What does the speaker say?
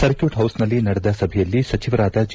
circuit ಹೌಸ್ನಲ್ಲಿ ನಡೆದ ಸಭೆಯಲ್ಲಿ ಸಚವರಾದ ಜೆ